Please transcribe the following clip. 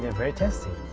yeah very tasty?